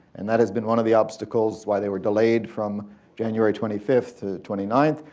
and that has been one of the obstacles, why they were delayed from january twenty fifth to twenty ninth,